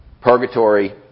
purgatory